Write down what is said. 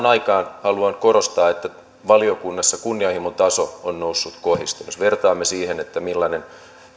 aikaan haluan korostaa että valiokunnassa kunnianhimon taso on noussut kohisten jos vertaamme siihen millainen